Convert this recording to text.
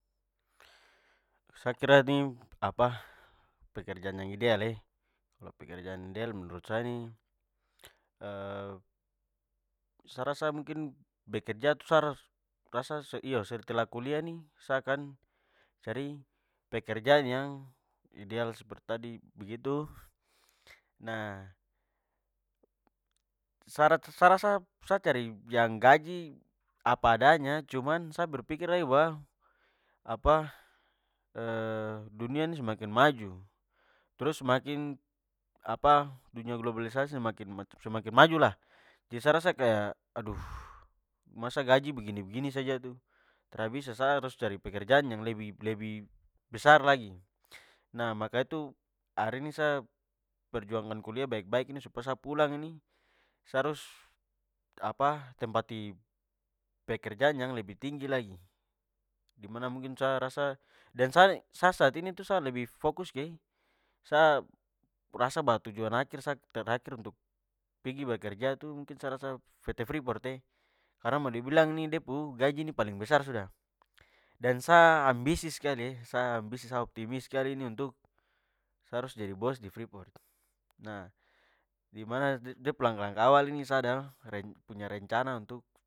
Sa kira nih apa pekerjaan yang ideal e, kalo pekerjaan ideal menurut sa nih, sa rasa mungkin bekerja tu, sa rasa iyo setelah kuliah nih sa akan cari pekerjaan yang ideal seperti tadi begitu, nah sa rasa sa cari yang gaji apa adanya, cuman sa berpikir lagi bahwa apa dunia ini semakin maju. Trus makin apa dunia globalisasi semakin macam semakin maju lah. Jadi sa rasa kaya aduh, masa gaji begini-begini saja tu! Tra bisa! Sa harus cari pekerjaan yang lebih lebih- besar lagi. Nah maka itu, hari ini sa perjuangkan kuliah baik-baik ini supaya sa pulang ini, sa harus apa tempati pekerjaan yang lebih tinggi lagi. Dimana mungkin sa rasa dan sa sa- saat ini tu sa lebih fokus ke, sa rasa bahwa tujuan akhir sa terakhir untuk pigi bekerja tu, sa rasa mungkin pt. Freeport e, karna mo dibilang nih de pu gaji nih paling besar sudah. Dan sa ambisi skali, sa ambisi, sa optimis skali untuk sa harus jadi bos di freeport. Nah dimana, de pu langkah-langkah awal ini sa ada punya rencana untuk